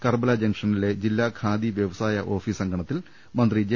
കർബല ജംഗ്ഷനിലെ ജില്ലാ ഖാദി വ്യവസായ ഓഫീസ് അങ്കണത്തിൽ മന്ത്രി ജെ